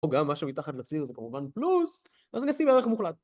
או גם מה שמתחת לציר זה כמובן פלוס אז אני אשים ערך מוחלט